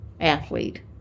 athlete